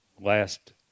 Last